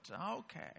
Okay